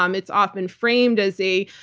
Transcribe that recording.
um it's often framed as a,